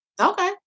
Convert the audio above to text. Okay